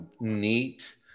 neat